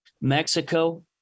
Mexico